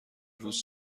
روز